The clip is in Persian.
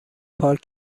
پارک